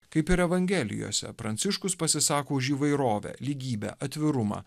kaip ir evangelijose pranciškus pasisako už įvairovę lygybę atvirumą